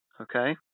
Okay